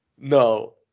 No